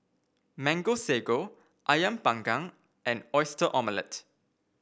Mango Sago ayam Panggang and Oyster Omelette